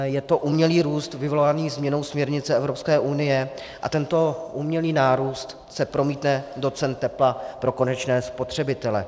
Je to umělý růst vyvolaný změnou směrnice Evropské unie a tento umělý nárůst se promítne do cen tepla pro konečné spotřebitele.